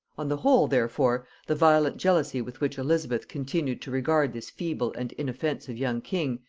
on the whole, therefore, the violent jealousy with which elizabeth continued to regard this feeble and inoffensive young king,